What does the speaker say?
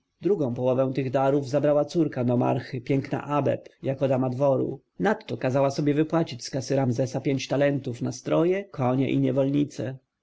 drugą połowę tych darów zabrała córka nomarchy piękna abeb jako dama dworu nadto kazała sobie wypłacić z kasy ramzesa pięć talentów na stroje konie i niewolnice